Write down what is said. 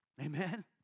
Amen